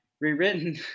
rewritten